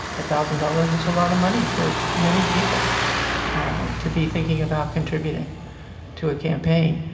thousand dollars is a lot of money for many people to be thinking about contributing to a campaign.